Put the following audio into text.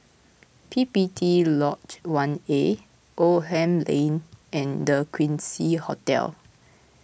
P P T Lodge one A Oldham Lane and the Quincy Hotel